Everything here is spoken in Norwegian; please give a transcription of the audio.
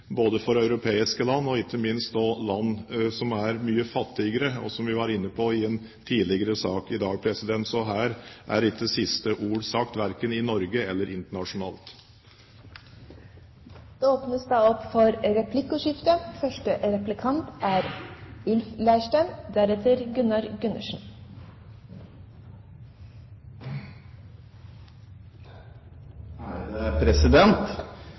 både for europeiske land og ikke minst for land som er mye fattigere, og som vi var inne på i en tidligere sak i dag. Så her er ikke siste ord sagt verken i Norge eller internasjonalt. Det åpnes for replikkordskifte. Jeg takker for